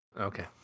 Okay